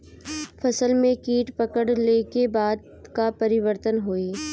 फसल में कीट पकड़ ले के बाद का परिवर्तन होई?